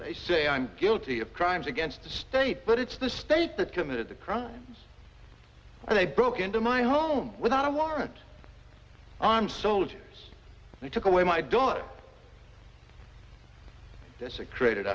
they say i'm guilty of crimes against the state but it's the state that committed the crimes and they broke into my home without a warrant i'm soldiers they took away my daughter this it created